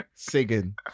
singing